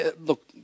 look